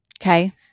Okay